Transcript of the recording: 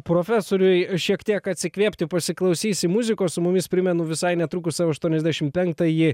profesoriui šiek tiek atsikvėpti pasiklausysim muzikos su mumis primenu visai netrukus aštuoniasdešim penktąjį